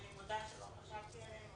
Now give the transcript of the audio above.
אני מודה שלא חשבתי עליהן,